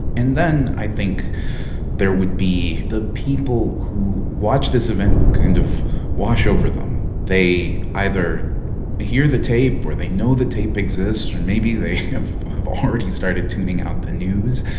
and then i think there would be the people who watch this event kind of wash over them. they either hear the tape or they know the tape exists or maybe they have have already started tuning out the news.